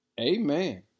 Amen